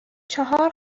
چهار